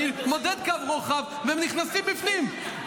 אני מודד קו רוחב והם נכנסים בפנים,